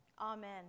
Amen